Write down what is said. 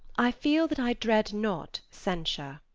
i feel that i dread not censure.